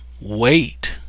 wait